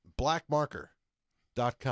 blackmarker.com